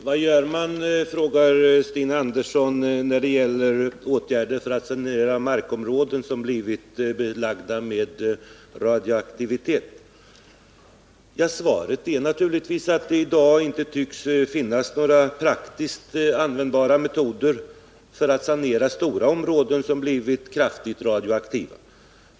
Herr talman! Stina Andersson frågar vad man gör när det gäller åtgärder för att sanera markområden som blivit belagda med radioaktivitet. Svaret är naturligtvis att det i dag inte tycks finnas några praktiskt användbara metoder för att sanera stora områden som blivit kraftigt radioaktiva.